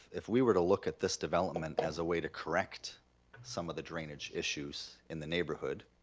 if we were to look at this development as a way to correct some of the drainage issues in the neighborhood,